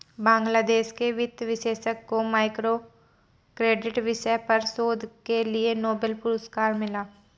बांग्लादेश के वित्त विशेषज्ञ को माइक्रो क्रेडिट विषय पर शोध के लिए नोबेल पुरस्कार मिला